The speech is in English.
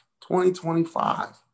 2025